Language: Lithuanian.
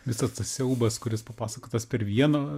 visas tas siaubas kuris papasakotas per vieno